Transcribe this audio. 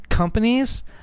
Companies